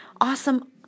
awesome